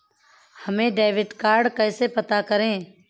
हमें debit card कैसे प्राप्त होगा?